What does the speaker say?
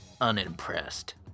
unimpressed